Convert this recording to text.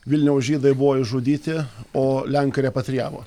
vilniaus žydai buvo išžudyti o lenkai repatrijavo